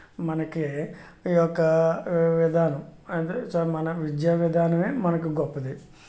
మనకి ఈ యొక్క విధానం అంటే మనం విద్యా విధానమే మనకి గొప్పది